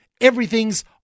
everything's